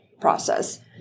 process